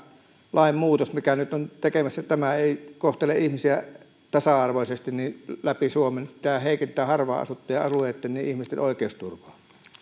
lain muutos mikä nyt ollaan tekemässä ei kohtele ihmisiä tasa arvoisesti läpi suomen tämä heikentää harvaan asuttujen alueitten ihmisten oikeusturvaa